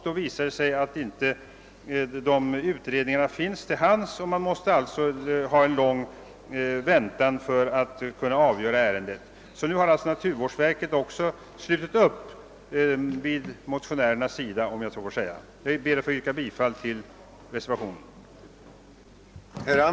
Då visar det sig att dessa utredningar inte finns till hands, och 'det blir alltså en lång väntan innan man kan avgöra ärendet. — Även naturvårdsverket har således nu slutit upp på motionärernas sida, om jag så får uttrycka mig. "Jag ber att få yrka bifall till reservationen.